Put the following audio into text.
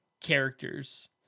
characters